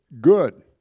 good